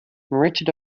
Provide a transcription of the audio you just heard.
richard